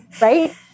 Right